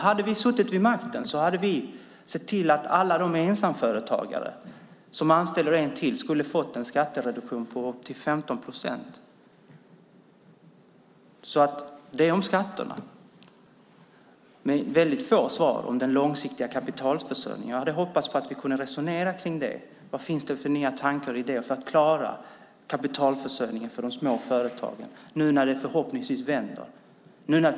Hade vi suttit vid makten hade vi också sett till att alla ensamföretagare som anställer en till skulle få en skattereduktion på upp till 15 procent. Detta om skatterna. Vi fick väldigt få svar om den långsiktiga kapitalförsörjningen. Jag hade hoppats att vi kunde resonera kring den. Vad finns det för nya tankar och idéer för att klara kapitalförsörjningen för de små företagen nu när det förhoppningsvis vänder?